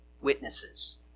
witnesses